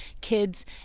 kids